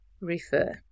refer